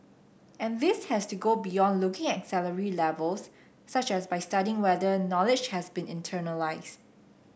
and this has to go beyond looking at salary levels such as by studying whether knowledge has been internalised